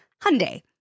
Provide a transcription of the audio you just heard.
Hyundai